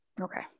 Okay